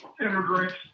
immigrants